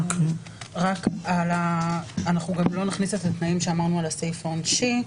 לא נכניס את התנאים שאמרנו על הסעיף העונשי.